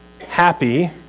happy